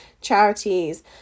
charities